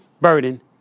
burden